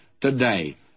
today